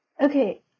Okay